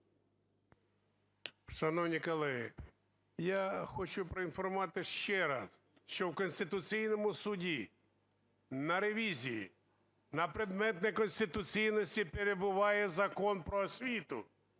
Шановні колеги, я хочу проінформувати ще раз, що в Конституційному Суді на ревізії на предмет неконституційності перебуває Закон "Про освіту",